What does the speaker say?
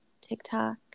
TikTok